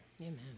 Amen